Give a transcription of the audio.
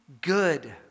good